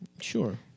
Sure